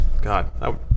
God